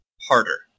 harder